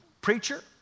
preacher